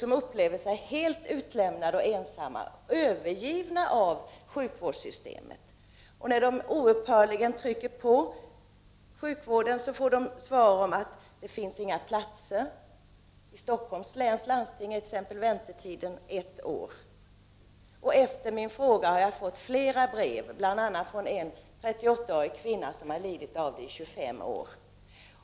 De upplever sig helt utlämnade och ensamma, övergivna av sjukvårdssystemet. När de oupphörligen trycker 13 på sjukvårdspersonalen får de svaret att det inte finns några platser. I Stockholms läns landsting är väntetiden ett år. Efter det att jag ställt frågan har jag fått flera brev, bl.a. från en 38-årig kvinna som lidit i 25 år.